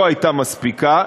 לא הייתה מספיקה,